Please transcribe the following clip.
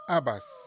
Abbas